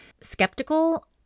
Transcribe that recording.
skeptical